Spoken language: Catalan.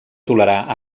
tolerar